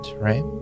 right